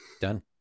Done